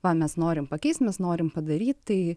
va mes norim pakeisti mes norim padaryt tai